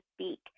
speak